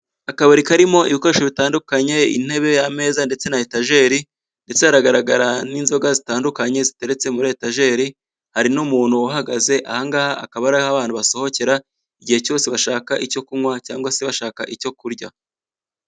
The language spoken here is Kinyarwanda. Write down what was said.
Akabari karimo ibikoresho bitandukanye: intebe, ameza ndetse na etajeri ndetse haragaragara n'inzoga zitandukanye ziteretse muri etajeri, hari n'umuntu uhahagaze, aha ngaha akaba ari abantu basohokera igihe cyose bashaka icyo kunywa cyangwa se bashaka icyo kurya.